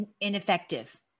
ineffective